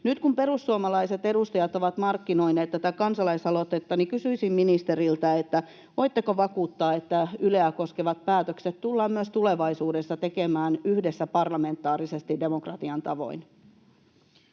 Nyt kun perussuomalaiset edustajat ovat markkinoineet tätä kansalaisaloitetta, kysyisin ministeriltä: voitteko vakuuttaa, että Yleä koskevat päätökset tullaan myös tulevaisuudessa tekemään yhdessä parlamentaarisesti, demokratian tavoin?